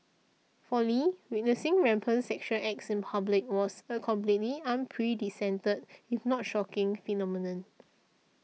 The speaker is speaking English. for Lee witnessing rampant sexual acts in public was a completely if not shocking phenomenon